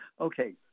Okay